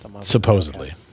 supposedly